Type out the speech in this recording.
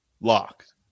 locked